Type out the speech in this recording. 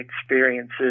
experiences